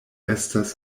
estas